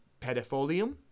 Pedifolium